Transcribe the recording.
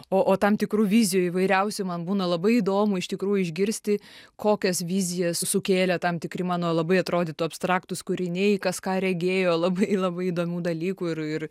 o o tam tikrų vizijų įvairiausių man būna labai įdomu iš tikrųjų išgirsti kokias vizijas sukėlė tam tikri mano labai atrodytų abstraktūs kūriniai kas ką regėjo labai labai įdomių dalykų ir ir